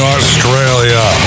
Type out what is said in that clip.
Australia